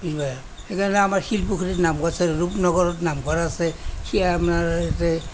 সেইকাৰণে আমাৰ শিলপুখুৰীত নামঘৰ আছে ৰূপনগৰত নামঘৰ আছে